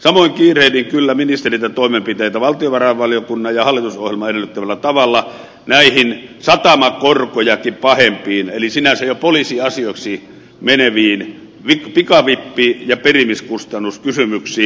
samoin kiirehdin kyllä ministeriltä toimenpiteitä valtiovarainvaliokunnan ja hallitusohjelman edellyttämällä tavalla näihin satamakorkojakin pahempiin eli sinänsä jo poliisiasioiksi meneviin pikavippi ja perimiskustannuskysymyksiin